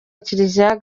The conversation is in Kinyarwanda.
kiliziya